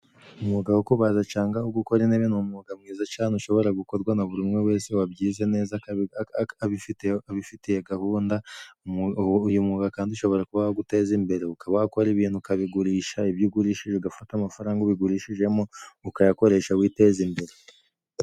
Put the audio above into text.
Umwuga wo kubaza canga uwo gukora intebe ni umwuga mwiza can ushobora gukorwa na buri umwe wese wabyize neza abifite abifitiye gahunda. Uyu mwuga kandi ushobora kuba waguteza imbere, ukaba wakora ibintu ukabigurisha ibyo ugurishije ugafata amafaranga ubigurishijemo ukayakoresha witeze imbere.